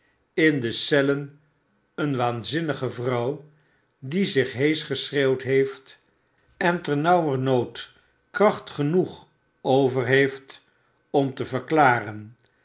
in de cellen een waanzinnige vrouw die zich heesch geschreeuwd heeft en ternauwernood kracht genoeg over heeit om te verklaren